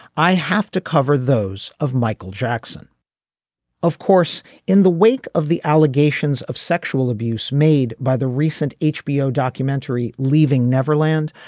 i have to cover those of michael jackson of course in the wake of the allegations of sexual abuse made by the recent hbo documentary leaving neverland.